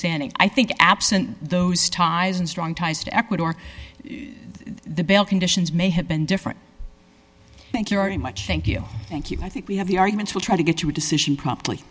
standing i think absent those ties and strong ties to ecuador the bail conditions may have been different thank you very much thank you thank you i think we have the arguments will try to get to a decision pro